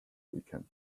weekend